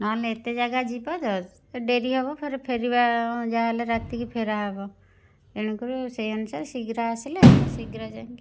ନ'ହେଲେ ଏତେ ଜାଗା ଯିବା ତ ତ ଡେରି ହେବ ଫେରେ ଫେରିବା ଯାହା ହେଲେ ରାତିକି ଫେରା ହେବ ତେଣୁ କରି ସେଇ ଅନୁସାରେ ଶୀଘ୍ର ଆସିଲେ ଶୀଘ୍ର ଯାଇକି